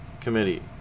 committee